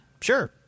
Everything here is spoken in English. Sure